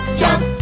jump